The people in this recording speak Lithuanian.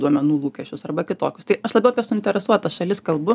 duomenų lūkesčius arba kitokius tai labiau apie suinteresuotas šalis kalbu